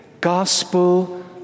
gospel